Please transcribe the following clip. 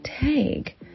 take